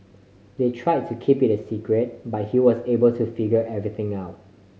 they try to keep it a secret but he was able to figure everything out